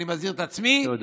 אני מזהיר את עצמי, תודה.